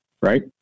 right